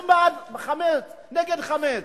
אני בעד חמץ, נגד חמץ,